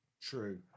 True